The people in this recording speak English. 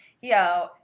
Yo